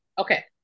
Okay